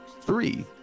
three